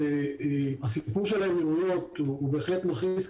שהסיפור של האמירויות הוא בהחלט מכעיס,